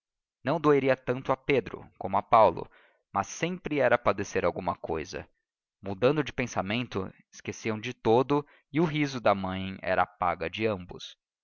não doeria tanto a pedro como a paulo mas sempre era padecer alguma cousa mudando de pensamento esqueciam de todo e o riso da mãe era a paga de ambos